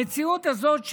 המציאות הזאת,